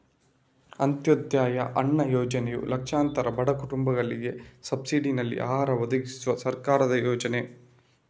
ಅಂತ್ಯೋದಯ ಅನ್ನ ಯೋಜನೆಯು ಲಕ್ಷಾಂತರ ಬಡ ಕುಟುಂಬಗಳಿಗೆ ಸಬ್ಸಿಡಿನಲ್ಲಿ ಆಹಾರ ಒದಗಿಸುವ ಸರ್ಕಾರದ ಯೋಜನೆ